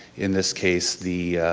in this case the